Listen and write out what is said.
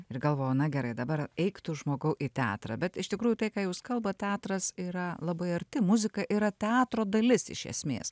ir galvoju na gerai dabar eik tu žmogau į teatrą bet iš tikrųjų tai ką jūs kalbat teatras yra labai arti muzika yra teatro dalis iš esmės